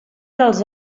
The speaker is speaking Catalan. dels